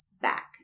back